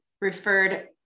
referred